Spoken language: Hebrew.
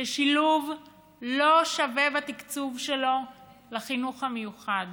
ששילוב לא שווה בתקצוב שלו לחינוך המיוחד.